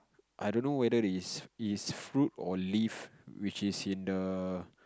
I don't know whether is is fruit or leave which is in the